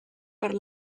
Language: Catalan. per